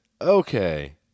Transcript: okay